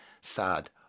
sad